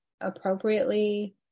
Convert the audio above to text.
appropriately